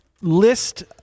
list